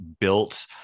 built